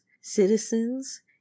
citizens